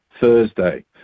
Thursday